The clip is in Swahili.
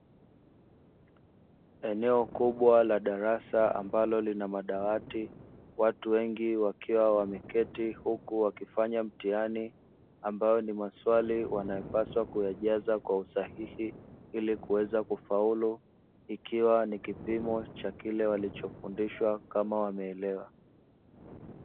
Eneo kubwa la darasa ambalo lina madawati. Watu wengi wakiwa wameketi huku wakifanya mtihani ambao ni maswali wanayopaswa kuyajaza kwa usahihi ili kuweza kufaulu. Ikiwa ni kipimo cha kile walichofundishwa kama wameelewa.